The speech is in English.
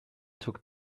took